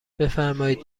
بفرمایید